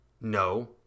No